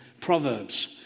Proverbs